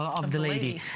of the lady.